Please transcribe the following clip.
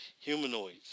Humanoids